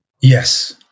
Yes